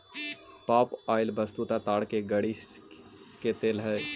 पाम oil वस्तुतः ताड़ के गड़ी के तेल हई